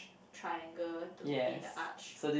triangle to be the arch